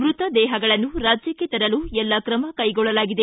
ಮೃತದೇಹಗಳನ್ನು ರಾಜ್ಯಕ್ಷೆ ತರಲು ಎಲ್ಲ ಕ್ರಮ ಕೈಗೊಳ್ಳಲಾಗಿದೆ